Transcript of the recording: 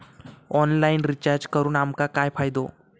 Online recharge करून आमका काय फायदो?